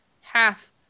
half